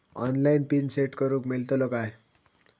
Online PIN set करूक मेलतलो काय?